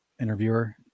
interviewer